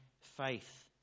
faith